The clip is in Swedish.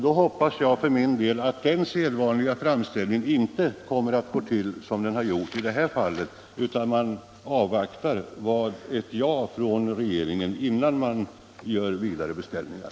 Då hoppas jag för min del att den framställningen inte kommer att gå till som i det här fallet utan att man avvaktar ett ja från regeringen innan man gör vidare beställningar.